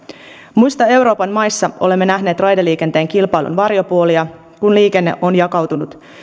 muissa euroopan maissa olemme nähneet raideliikenteen kilpailun varjopuolia kun liikenne on jakautunut